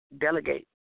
delegate